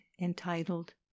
entitled